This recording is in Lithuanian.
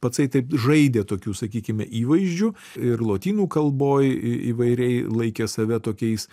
pacai taip žaidė tokiu sakykime įvaizdžiu ir lotynų kalboj įvairiai laikė save tokiais